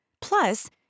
Plus